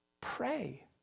Pray